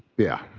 yeah.